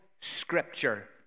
Scripture